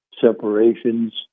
Separations